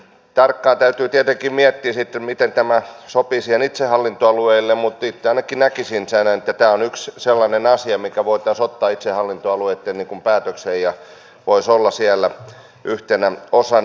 tarkkaan täytyy tietenkin miettiä sitten miten tämä sopii itsehallintoalueille mutta itse ainakin näkisin että tämä on yksi sellainen asia mikä voitaisiin ottaa itsehallintoalueitten päätökseen ja mikä voisi olla siellä yhtenä osana